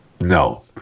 No